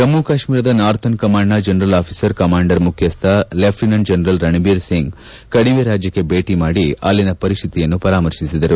ಜಮ್ಮ ಕಾಶ್ಮೀರದ ನಾರ್ಥನ್ ಕಮಾಂಡ್ನ general officer commander ಮುಖ್ಯಸ್ಥ ಲೆಫ್ಟಿನೆಂಟ್ ಜನರಲ್ ರಣಭೀರ್ ಸಿಂಗ್ ಕಣಿವೆ ರಾಜ್ಯಕ್ಕೆ ಭೇಟಿ ಮಾಡಿ ಅಲ್ಲಿನ ಪರಿಸ್ಥಿತಿಯನ್ನು ಪರಾಮರ್ಶಿಸಿದರು